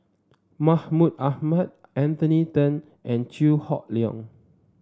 Mahmud Ahmad Anthony Then and Chew Hock Leong